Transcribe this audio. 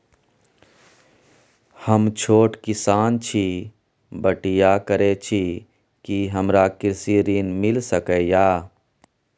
हम छोट किसान छी, बटईया करे छी कि हमरा कृषि ऋण मिल सके या?